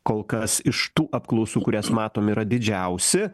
kol kas iš tų apklausų kurias matom yra didžiausi